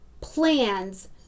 plans